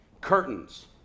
Curtains